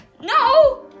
No